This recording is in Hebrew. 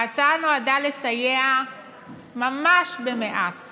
ההצעה נועדה לסייע ממש במעט